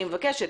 אני מבקשת,